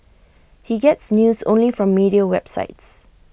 he gets news only from media websites